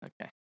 Okay